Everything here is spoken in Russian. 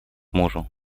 мужу